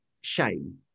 shame